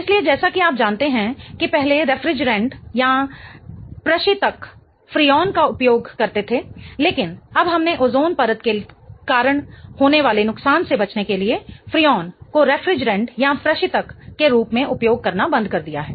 इसलिए जैसा कि आप जानते हैं कि पहले रेफ्रिजरेंट प्रशीतक फ्रीऑन का उपयोग करते थे लेकिन अब हमने ओज़ोन परत के कारण होने वाले नुकसान से बचने के लिए फ्रीऑन को रेफ्रिजरेंट प्रशीतक के रूप में उपयोग करना बंद कर दिया है